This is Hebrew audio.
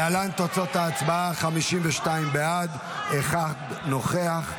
להלן תוצאות ההצבעה: 52 בעד, אחד נוכח.